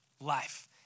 life